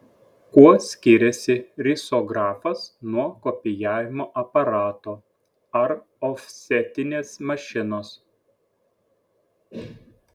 kuo skiriasi risografas nuo kopijavimo aparato ar ofsetinės mašinos